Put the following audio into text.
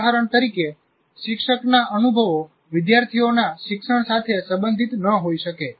ઉદાહરણ તરીકે શિક્ષકના અનુભવો વિદ્યાર્થીઓના શિક્ષણ સાથે સંબંધિત ન હોઈ શકે